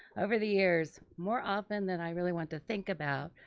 over the years, more often than i really want to think about,